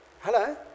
Hello